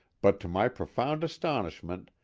but to my profound astonishment,